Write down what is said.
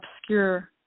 obscure